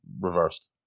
reversed